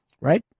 right